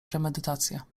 premedytacja